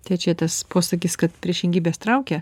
tai čia tas posakis kad priešingybės traukia